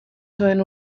zuen